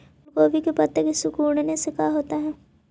फूल गोभी के पत्ते के सिकुड़ने से का होता है?